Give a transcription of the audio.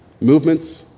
movements